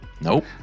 Nope